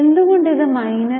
എന്തുകൊണ്ട് ഇത് മൈനസ്